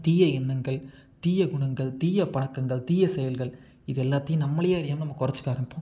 அப்போ தீய எண்ணங்கள் தீய குணங்கள் தீய பழக்கங்கள் தீய செயல்கள் இது எல்லாத்தையும் நம்மளே அறியா நாம குறச்சிக்க ஆரம்பிப்போம்